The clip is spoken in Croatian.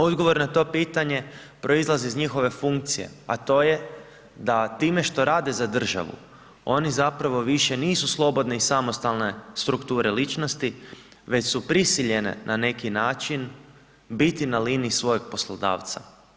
Odgovor na to pitanje proizlazi iz njihove funkcije, a to je da time što rade za državu oni zapravo više nisu slobodne i samostalne strukture ličnosti već su prisiljene na neki način biti na liniji svojeg poslodavca.